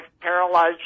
paralyzed